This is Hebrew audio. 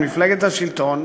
מפלגת השלטון,